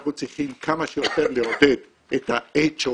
אנחנו צריכים כמה שיותר לעודד את ה-HOV,